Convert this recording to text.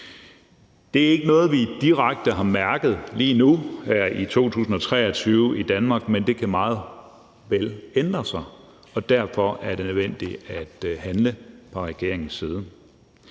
Det er ikke noget, vi direkte har mærket lige nu her i 2023 i Danmark, men det kan meget vel ændre sig, og derfor er det nødvendigt at handle fra regeringens side.